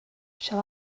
shall